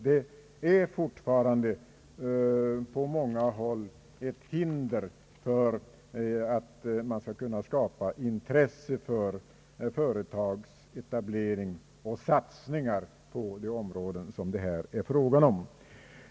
Detta är fortfarande på många håll ett hinder när man vill skapa intresse för företagsetableringar och satsningar i de områden det här gäller.